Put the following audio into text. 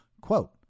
quote